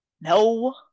no